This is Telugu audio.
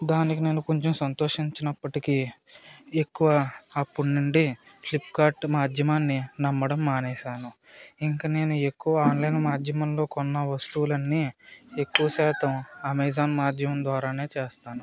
దానికి నేను కొంచం సంతోషించినప్పటికీ ఎక్కువ అప్పుడ్నుండి ఫ్లిప్కార్ట్ మాధ్యమాన్ని నమ్మడం మానేసాను ఇంక నేను ఎక్కువ ఆన్లైన్ మాధ్యమంలో కొన్న వస్తువులన్నీ ఎక్కువ శాతం అమెజాన్ మాధ్యమం ద్వారానే చేస్తాను